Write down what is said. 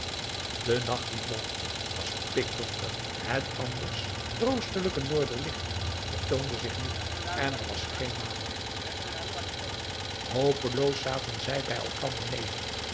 de nacht die volgde was pikdonker het anders troostelijke noorderlicht vertoonde zich niet en er was geen maanlicht hopeloos zaten zij bij elkander neder